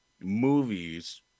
movies